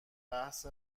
بحث